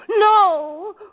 no